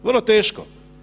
Vrlo teško.